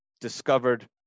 discovered